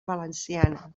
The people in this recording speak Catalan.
valenciana